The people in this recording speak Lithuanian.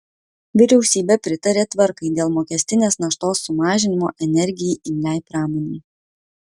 vyriausybė pritarė tvarkai dėl mokestinės naštos sumažinimo energijai imliai pramonei